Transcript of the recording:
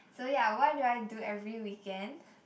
so yeah what do I do every weekend